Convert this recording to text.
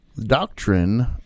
doctrine